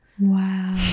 Wow